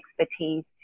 expertise